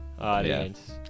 audience